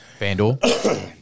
FanDuel